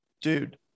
Dude